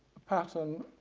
a pattern,